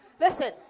Listen